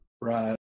Right